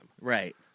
Right